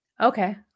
Okay